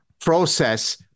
process